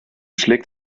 schlägt